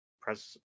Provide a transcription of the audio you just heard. press